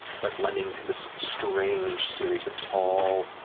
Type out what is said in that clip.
but lending to this strange series of tall,